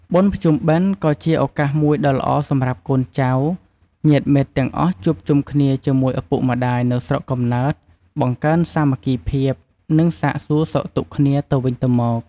បុណ្យភ្ជុំបិណ្ឌ ក៏ជាឱកាសមួយដ៏ល្អសម្រាប់កូនចៅ ញាតិមិត្តទាំងអស់ជួបជុំគ្នាជាមួយឪពុកម្ដាយនៅស្រុកកំណើត បង្កើនសាមគ្គីភាព និងសាកសួរសុខទុក្ខគ្នាទៅវិញទៅមក។